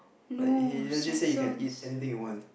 like he he legit say you can eat anything you want